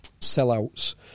sellouts